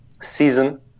season